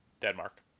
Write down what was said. Denmark